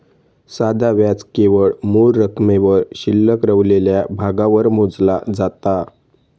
साधा व्याज केवळ मूळ रकमेवर शिल्लक रवलेल्या भागावर मोजला जाता